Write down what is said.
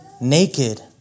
naked